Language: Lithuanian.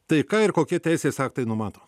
tai ką ir kokie teisės aktai numato